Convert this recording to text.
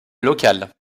locale